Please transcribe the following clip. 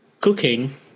cooking